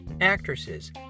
actresses